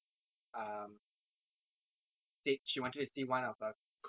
um said she wanted to see one of err